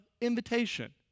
invitation